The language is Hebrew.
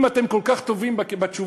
אם אתם כל כך טובים בתשובות,